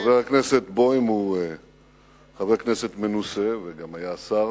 חבר הכנסת בוים הוא חבר כנסת מנוסה וגם היה שר